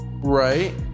Right